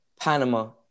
Panama